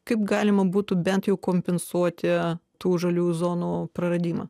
kaip galima būtų bent jau kompensuoti tų žaliųjų zonų praradimą